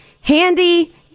handy